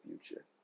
future